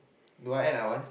do I act like one